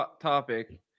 topic